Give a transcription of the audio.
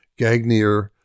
Gagnier